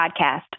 podcast